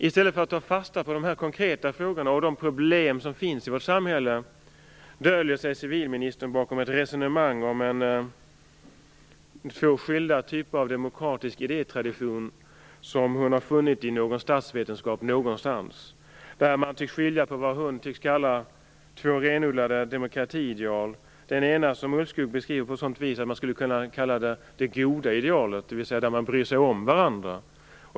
I stället för att ta fasta på de konkreta frågorna och de problem som finns i vårt samhälle döljer sig civilministern bakom ett resonemang om två skilda typer av demokratisk idétradition som hon har funnit i någon statsvetenskap någonstans och där man tycks skilja på vad hon kallar två renodlade demokratiideal. Det ena beskriver Marita Ulvskog på sådant vis att det skulle kunna kallas det goda idealet, dvs. att man bryr sig om varandra.